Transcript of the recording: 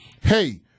Hey